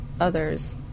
Others